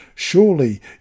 Surely